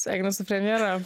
sveikinu su premjera